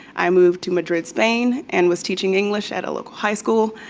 i moved to madrid, spain and was teaching english at a local high school.